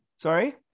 Sorry